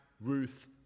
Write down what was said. Ruth